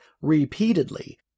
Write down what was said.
repeatedly